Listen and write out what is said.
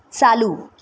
चालू